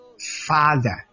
father